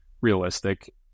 realistic